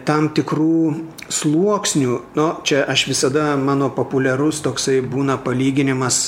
tam tikrų sluoksnių no čia aš visada mano populiarus toksai būna palyginimas